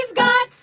um got